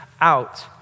out